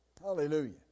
Hallelujah